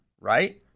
right